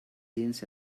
jeans